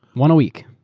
one a week.